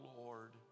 Lord